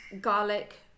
garlic